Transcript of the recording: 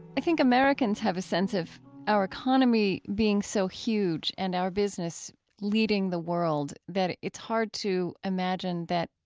i think americans have a sense of our economy being so huge and our business leading the world that it's hard to imagine that,